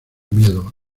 miedo